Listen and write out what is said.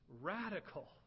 radical